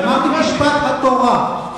אמרתי: משפט התורה.